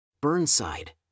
Burnside